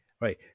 right